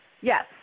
Yes